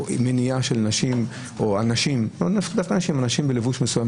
לא לתת לאנשים להיכנס בלבוש מסוים,